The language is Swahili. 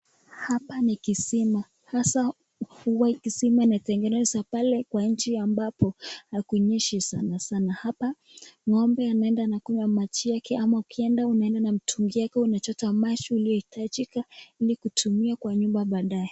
Hapa ni kisima hasa huwa kisima inatengenezwa pale kwa nchi ambapo hakunyeshi sana sana. Hapa ngombe anaenda anakunywa maji yake, ama ukienda unaenda na mtungi yako unachota maji uliyoitajika ili kutumia kwa nyumba baadae.